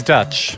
Dutch